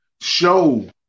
show